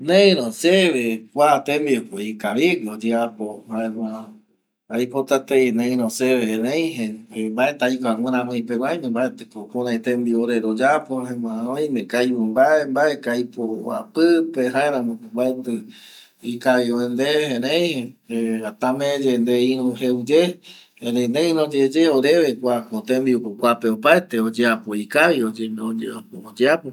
Neiro seve kua tembiu ko ikavigue oyeapo jaema aipota tei neiro seve erei, mbaeti aikua miramii pegua ño mbaeti ko kurai ore tembiu royapo va jaema oime ko aipo mbae mbae ko aipo vua pipe jaeramo ko mbaeti ikavi oe nde erei eh tame ye nde iru jeu ye, erei neiro yeye oreve kuako tembiuko kuape opaete oyeapo ikavi oyeapo